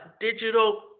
digital